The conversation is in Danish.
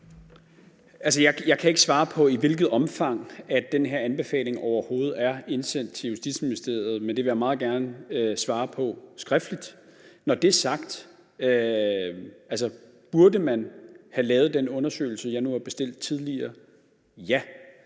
Jeg kan ikke svare på, i hvilket omfang den her anbefaling overhovedet er indsendt til Justitsministeriet, men det vil jeg meget gerne svare på skriftligt. Når det er sagt, kan man spørge: Burde man have lavet den undersøgelse, jeg har bestilt, tidligere? Ja.